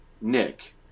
Nick